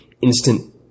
instant